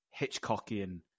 Hitchcockian